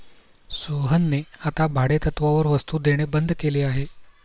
सोहनने आता भाडेतत्त्वावर वस्तु देणे बंद केले आहे